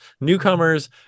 Newcomers